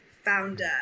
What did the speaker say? founder